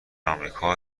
آمریکا